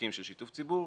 מובהקים של שיתוף הציבור,